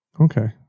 Okay